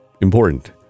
Important